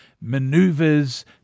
maneuvers